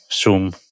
zoom